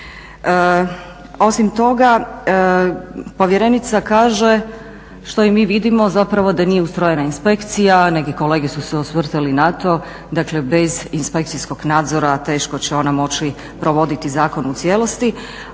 Osim toga, povjerenica kaže što i mi vidimo zapravo da nije ustrojena inspekcija. Neki kolege su se osvrtali na to. Dakle, bez inspekcijskog nadzora teško će ona moći provoditi zakon u cijelosti,